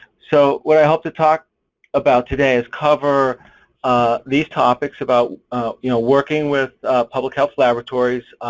so what i hope to talk about today is cover these topics about you know working with public health laboratories,